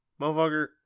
motherfucker